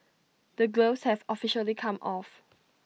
the gloves have officially come off